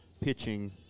pitching